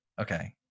okay